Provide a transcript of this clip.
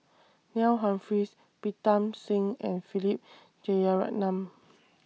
Neil Humphreys Pritam Singh and Philip Jeyaretnam